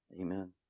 Amen